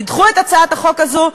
תדחו את הצעת החוק הזאת.